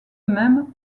même